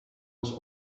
was